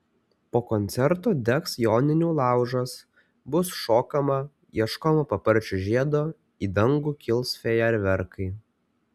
po koncerto degs joninių laužas bus šokama ieškoma paparčio žiedo į dangų kils fejerverkai